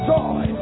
joy